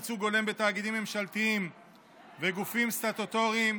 ייצוג הולם בתאגידים ממשלתיים וגופים סטטוטוריים),